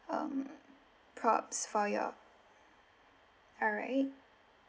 um props for your alright